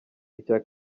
icya